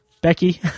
Becky